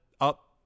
up